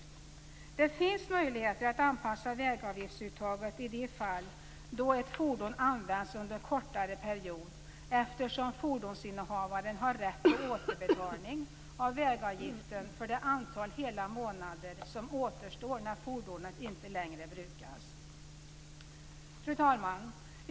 Men det finns möjligheter att anpassa vägavgiftsuttaget i de fall då ett fordon används under kortare period, eftersom fordonsinnehavaren har rätt till återbetalning av vägavgiften för det antal hela månader som återstår när fordonet inte längre brukas. Fru talman!